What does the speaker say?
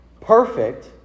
perfect